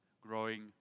Growing